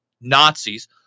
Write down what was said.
nazis